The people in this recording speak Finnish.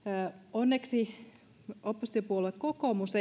onneksi oppositiopuolue kokoomus